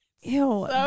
Ew